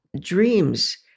dreams